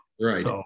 right